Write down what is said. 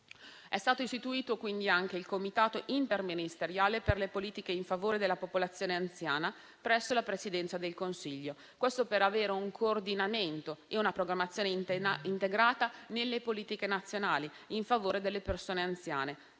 È stato anche istituito il Comitato interministeriale per le politiche in favore della popolazione anziana presso la Presidenza del Consiglio, per avere un coordinamento e una programmazione integrata nelle politiche nazionali in favore delle persone anziane,